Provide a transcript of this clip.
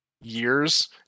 years